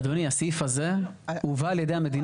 אדוני, הסעיף הזה הובא על ידי המדינה.